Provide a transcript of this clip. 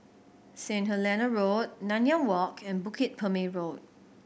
St Helena Road Nanyang Walk and Bukit Purmei Road